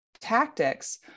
tactics